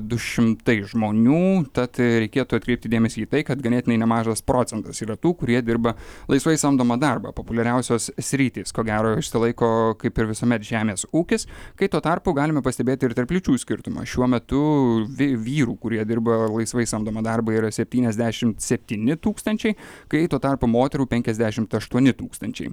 du šimtai žmonių tad reikėtų atkreipti dėmesį į tai kad ganėtinai nemažas procentas yra tų kurie dirba laisvai samdomą darbą populiariausios sritys ko gero išsilaiko kaip ir visuomet žemės ūkis kai tuo tarpu galime pastebėti ir tarp lyčių skirtumą šiuo metu vi vyrų kurie dirba laisvai samdomą darbą yra septyniasdešimt septyni tūkstančiai kai tuo tarpu moterų penkiasdešimt aštuoni tūkstančiai